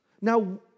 Now